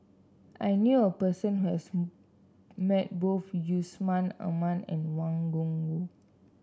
I knew a person who has met both Yusman Aman and Wang Gungwu